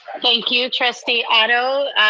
thank you, trustee otto.